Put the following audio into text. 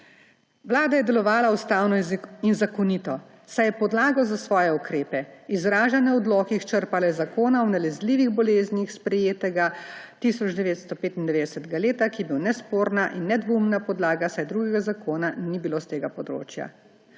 Vlada je delovala ustavno in zakonito, saj je podlago za svoje ukrepe, izražene v odlokih, črpala iz Zakona o nalezljivih boleznih, sprejetega 1995. leta, ki je bila nesporna in nedvoumna podlaga, saj drugega zakona ni bilo s tega področja.